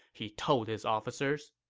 he told his officers